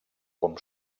com